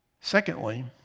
Secondly